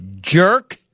Jerk